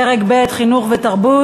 פרק ב': חינוך ותרבות,